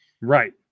Right